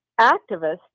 activist